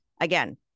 again